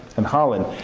and holland.